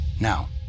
Now